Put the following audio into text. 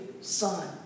son